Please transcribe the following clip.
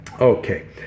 Okay